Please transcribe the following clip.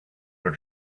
were